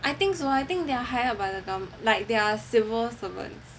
I think so I think they are hired by the like they are civil servants